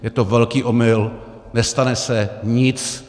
Je to velký omyl, nestane se nic.